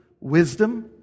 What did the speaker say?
Wisdom